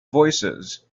voicesand